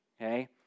okay